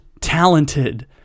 talented